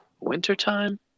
Wintertime